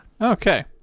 okay